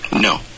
No